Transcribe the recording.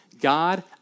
God